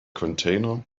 container